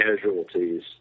casualties